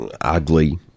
ugly